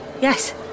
Yes